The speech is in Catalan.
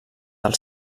del